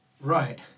right